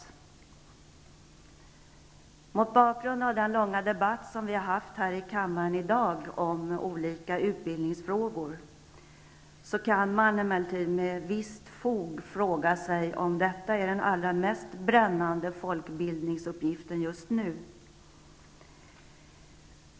Mot bakgrund av den långa debatt som vi har haft här i kammaren i dag om olika utbildningsfrågor, kan man emellertid med visst fog fråga sig om detta är den allra mest brännande folkbildningsuppgiften just nu.